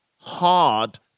hard